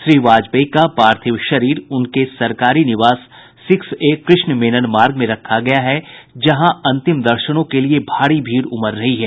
श्री वाजपेयी का पार्थिव शरीर उनके सरकारी निवास सिक्स ए कृष्ण मेनन मार्ग में रखा गया है जहां अंतिम दर्शनों के लिये भारी भीड़ उमड़ रही है